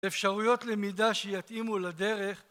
אפשרויות למידה שיתאימו לדרך